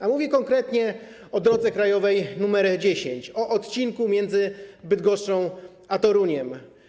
A mówię konkretnie o drodze krajowej nr 10, o odcinku między Bydgoszczą a Toruniem.